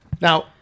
Now